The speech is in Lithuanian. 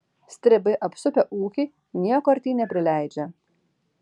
stribai apsupę ūkį nieko artyn neprileidžia